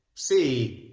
see.